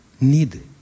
need